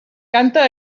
canta